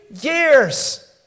years